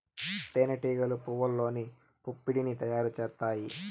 తేనె టీగలు పువ్వల్లోని పుప్పొడిని తయారు చేత్తాయి